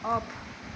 off